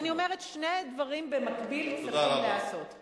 אני אומרת, שני הדברים צריכים להיעשות במקביל.